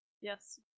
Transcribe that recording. Yes